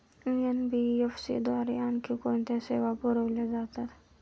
NBFC द्वारे आणखी कोणत्या सेवा पुरविल्या जातात?